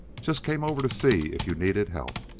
just came over to see if you needed help.